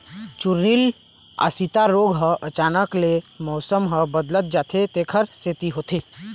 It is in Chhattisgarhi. चूर्निल आसिता रोग ह अचानक ले मउसम ह बदलत जाथे तेखर सेती होथे